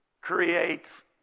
creates